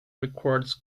records